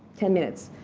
ten minutes.